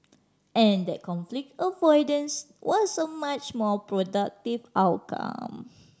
and that conflict avoidance was a much more productive outcome